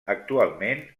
actualment